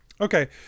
Okay